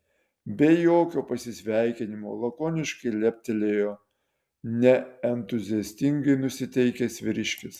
be jokio pasisveikinimo lakoniškai leptelėjo neentuziastingai nusiteikęs vyriškis